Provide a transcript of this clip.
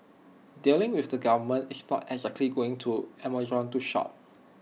dealing with the government is not exactly going to Amazon to shop